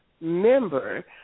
member